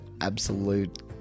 absolute